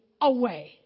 away